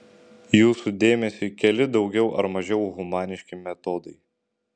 jūsų dėmesiui keli daugiau ar mažiau humaniški metodai